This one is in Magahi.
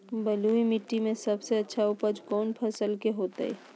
बलुई मिट्टी में सबसे अच्छा उपज कौन फसल के होतय?